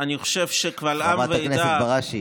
אני חושב שקבל עם ועדה